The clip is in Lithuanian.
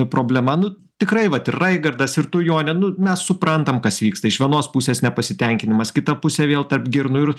problema nu tikrai vat ir raigardas ir tu jone nu mes suprantam kas vyksta iš vienos pusės nepasitenkinimas kita pusė vėl tarp girnų ir